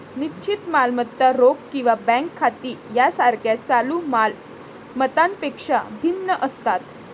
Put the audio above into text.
निश्चित मालमत्ता रोख किंवा बँक खाती यासारख्या चालू माल मत्तांपेक्षा भिन्न असतात